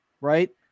Right